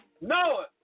Noah